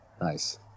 Nice